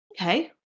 Okay